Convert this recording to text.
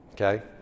Okay